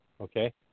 okay